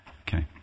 Okay